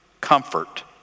comfort